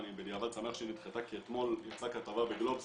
שבדיעבד אני שמח שהיא נדחתה כי אתמול נמצאה כתבה בגלובס